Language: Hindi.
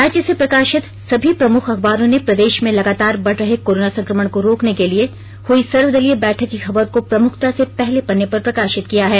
राज्य से प्रकाशित सभी प्रमुख अखबारों ने प्रदेश में लगातार बढ़ रहे कोरोना संकमण को रोकने के लिए हई सर्वदलीय बैठक की खबर को प्रमुखता से पहले पन्ने पर प्रकाशित किया है